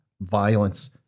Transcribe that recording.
violence